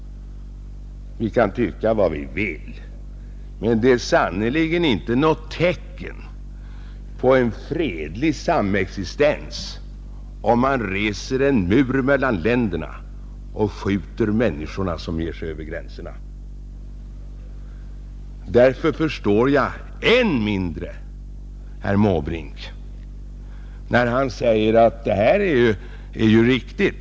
Vi kan tycka vad vi vill, men det är sannerligen inte något tecken på en fredlig samexistens när man reser en mur mellan länderna och skjuter människor som beger sig över gränserna, Därför förstår jag än mindre herr Måbrink, som sade att vad som skett och sker är riktigt.